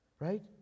right